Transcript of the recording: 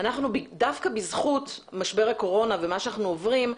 דווקא בזכות משבר הקורונה ומה שאנחנו עוברים,